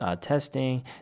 testing